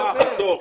סליחה, עצור.